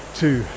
two